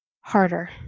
harder